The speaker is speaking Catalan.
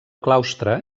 claustre